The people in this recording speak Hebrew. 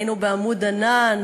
היינו ב"עמוד ענן",